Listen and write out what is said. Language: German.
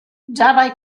dabei